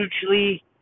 hugely